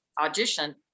audition